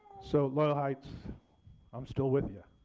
so loyal heights i'm still with yeah